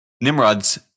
Nimrods